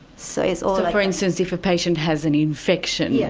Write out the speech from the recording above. so sort of for instance if a patient has an infection? yes.